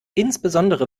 insbesondere